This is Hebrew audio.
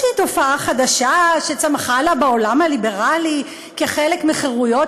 תופעה חדשה שצמחה לה בעולם הליברלי כחלק מחירויות